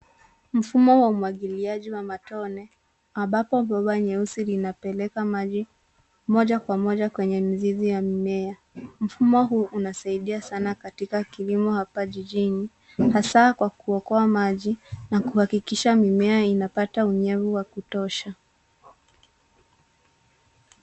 Mfumo wa umwagiliaji wa matone, ambapo bomba nyeusi linapeleka maji moja kwa moja kwenye mizizi ya mimea. Mfumo huu unasaidia sana katika kilimo hapa jijini, hasa, kwa kuokoa maji na kuhakikisha mimea inapata unyevu wa kutosha.